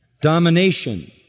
domination